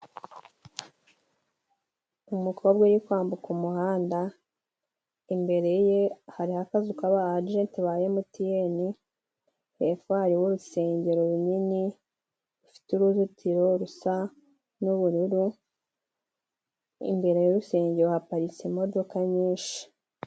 Umukobwa uri kwambuka umuhanda. Imbere ye hariho akazu kaba ejenti ba Emutiyeni hepfo hariho urusengero runini rufite uruzitiro rusa n'ubururu , Imbere y'urusengero haparitse imodoka nyinshi.